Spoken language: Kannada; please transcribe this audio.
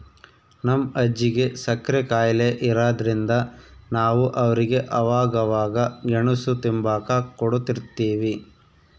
ನಮ್ ಅಜ್ಜಿಗೆ ಸಕ್ರೆ ಖಾಯಿಲೆ ಇರಾದ್ರಿಂದ ನಾವು ಅವ್ರಿಗೆ ಅವಾಗವಾಗ ಗೆಣುಸು ತಿಂಬಾಕ ಕೊಡುತಿರ್ತೀವಿ